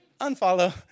unfollow